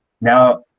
Now